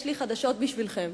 יש לי חדשות בשבילכם,